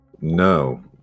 No